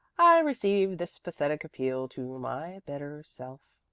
i receive this pathetic appeal to my better self.